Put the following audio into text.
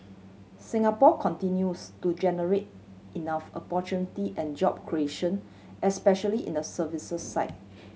Singapore continues to generate enough opportunity and job creation especially in the services side